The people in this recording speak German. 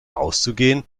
auszugehen